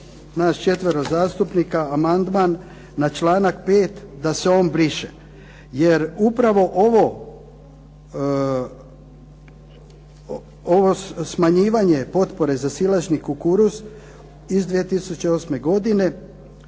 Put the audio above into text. naš 4 zastupnika amandman na članak 5. da se on briše jer upravo ovo smanjivanje potpore za silažnji kukuruz iz 2008. godine